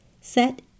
set